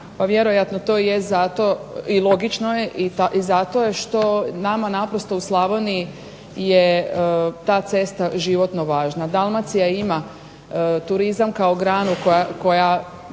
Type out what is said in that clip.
vjerojatno to jest zato i logično je i zato je što nama naprosto u Slavoniji je ta cesta životno važna. Dalmacija ima turizam kao granu koja